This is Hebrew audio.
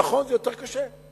נכון, זה יותר קשה.